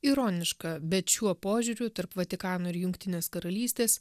ironiška bet šiuo požiūriu tarp vatikano ir jungtinės karalystės